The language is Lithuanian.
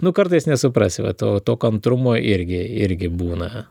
nu kartais nesuprasi vat to to kantrumo irgi irgi būna